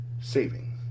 saving